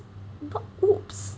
not !oops!